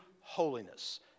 holiness